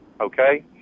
okay